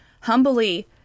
humbly